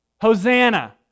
Hosanna